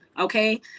okay